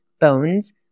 bones